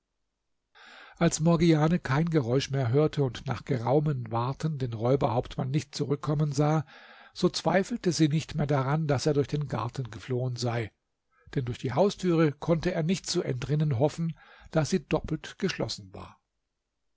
als morgiane kein geräusch mehr hörte und nach geraumem warten den räuberhauptmann nicht zurückkommen sah so zweifelte sie nicht mehr daran daß er durch den garten geflohen sei denn durch die haustüre konnte er nicht zu entrinnen hoffen da sie doppelt geschlossen war